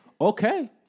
okay